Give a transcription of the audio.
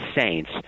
saints